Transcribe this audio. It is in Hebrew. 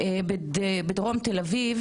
לחלום,